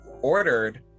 Ordered